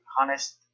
honest